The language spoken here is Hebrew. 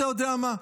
אתה יודע מה,